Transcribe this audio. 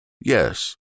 Yes